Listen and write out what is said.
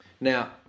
now